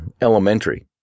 elementary